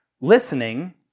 listening